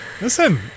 Listen